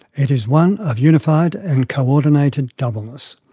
it is one of unified and co-ordinated doubleness.